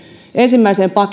ensimmäiseen